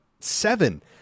seven